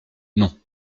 non